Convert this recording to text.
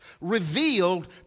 revealed